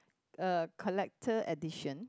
uh collector edition